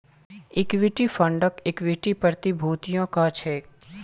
equity फंडक equity प्रतिभूतियो कह छेक